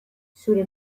zure